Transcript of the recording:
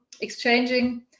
exchanging